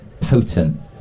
potent